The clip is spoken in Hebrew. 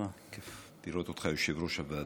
לראות אותך יושב-ראש הוועדה,